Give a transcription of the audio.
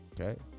Okay